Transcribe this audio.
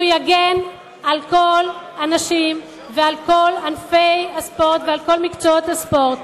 שהוא יגן על כל הנשים ועל כל ענפי הספורט ועל כל מקצועות הספורט,